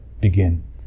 begin